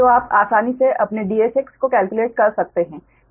तो आप आसानी से अपने Dsx को केलक्युलेट कर सकते हैं